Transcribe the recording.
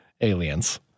aliens